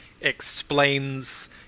explains